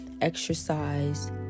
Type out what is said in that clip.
exercise